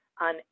on